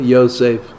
Yosef